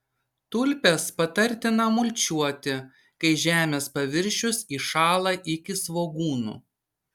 tulpes patartina mulčiuoti kai žemės paviršius įšąla iki svogūnų